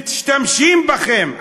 משתמשים בכם.